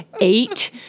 eight